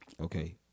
Okay